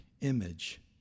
image